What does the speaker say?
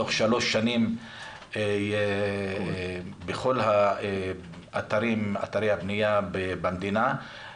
תוך שלוש שנים בכל אתרי הבנייה במדינה.